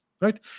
right